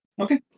Okay